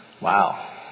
Wow